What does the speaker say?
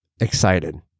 excited